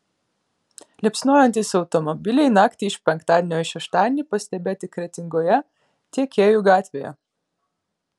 liepsnojantys automobiliai naktį iš penktadienio į šeštadienį pastebėti kretingoje tiekėjų gatvėje